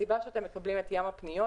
הסיבה שאתם מקבלים את ים הפניות,